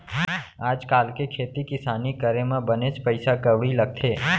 आज काल के खेती किसानी करे म बनेच पइसा कउड़ी लगथे